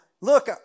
look